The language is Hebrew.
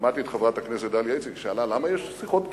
שמעתי את חברת הכנסת דליה איציק ששאלה: למה יש שיחות קרבה?